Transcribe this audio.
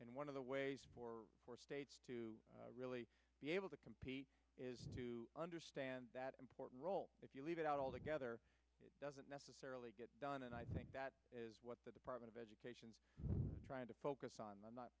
and one of the ways for four states to really be able to compete is to understand that important role if you leave it out altogether doesn't necessarily get done and i think that is what the department of education they're trying to focus on i'm not